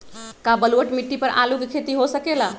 का बलूअट मिट्टी पर आलू के खेती हो सकेला?